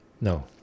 No